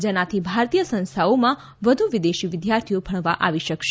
જેનાથી ભારતીય સંસ્થાઓના વધુ વિદેશી વિદ્યાર્થીઓ ભણવા આવી શકશે